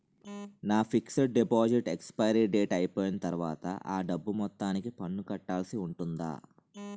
నా fixed deposit expiry date అయిపోయిన తర్వాత అ డబ్బు మొత్తానికి పన్ను కట్టాల్సి ఉంటుందా?